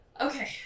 okay